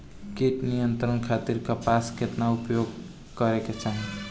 कीट नियंत्रण खातिर कपास केतना उपयोग करे के चाहीं?